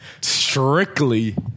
Strictly